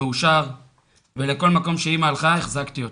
מאושר ולכל מקום שאימא הלכה החזקתי אותה.